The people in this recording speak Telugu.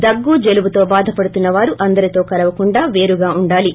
దగ్గు జలుబుతో బాధ పడుతున్నవారు అందరితో కలవకుండా పేరుగా ఉండాలి